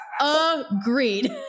agreed